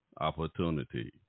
opportunity